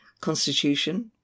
constitution